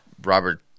Robert